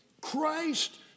Christ